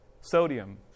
sodium